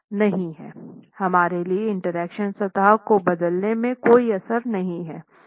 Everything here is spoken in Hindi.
हमारे लिए इंटरेक्शन सतह को बदलने में कोई असर नहीं है